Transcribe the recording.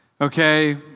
Okay